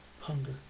hunger